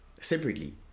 Separately